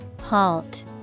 HALT